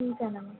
ठीक आहे ना मॅम